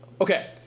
Okay